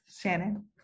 Shannon